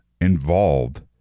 involved